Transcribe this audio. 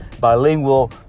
bilingual